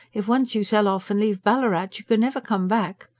if once you sell off and leave ballarat, you can never come back.